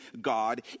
God